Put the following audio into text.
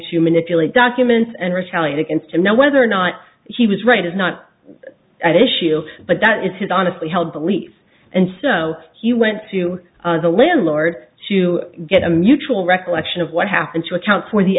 to manipulate documents and retaliate against him now whether or not he was right is not at issue but that is his honestly held beliefs and so he went to the landlord to get a mutual recollection of what happened to account for the